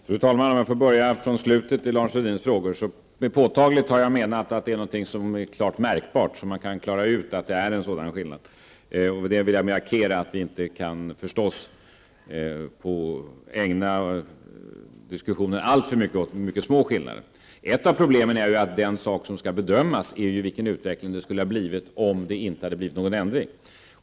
Fru talman! Jag börjar med den fråga som Lars Med ''påtagligt'' avser jag att avvikelsen skall vara klart märkbar, så att man kan se att det föreligger en sådan skillnad. Med detta vill jag markera att vi förstås inte kan ägnaallt för mycket tid åt diskussioner om mycket små skillnader. Ett av problemen är att den sak som skall bedömas är vilken utvecklingen skulle ha blivit om det inte hade skett någon ändring.